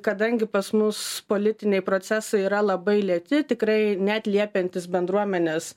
kadangi pas mus politiniai procesai yra labai lėti tikrai neatliepiantys bendruomenės